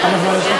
להתנגד.